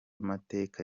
mateka